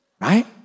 right